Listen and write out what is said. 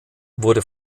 wurde